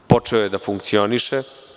Počeo je da funkcioniše.